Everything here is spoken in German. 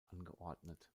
angeordnet